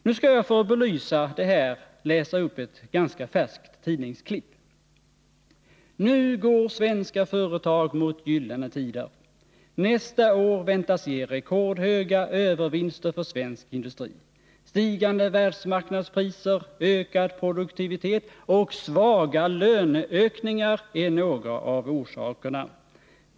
Jag skall för att belysa det här läsa upp ett ganska färskt tidningsklipp: ”Nu går svenska företag mot gyllene tider. Nästa år väntas ge rekordhöga övervinster för svensk industri. Stigande världsmarknadspriser, ökad produktivitet och svaga löneökningar är några av orsakerna.